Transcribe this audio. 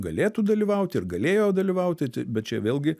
galėtų dalyvauti ir galėjo dalyvauti tai bet čia vėlgi